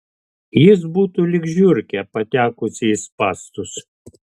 jis būtų lyg žiurkė patekusi į spąstus